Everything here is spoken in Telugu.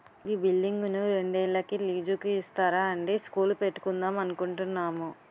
ఈ బిల్డింగును రెండేళ్ళకి లీజుకు ఇస్తారా అండీ స్కూలు పెట్టుకుందాం అనుకుంటున్నాము